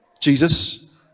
Jesus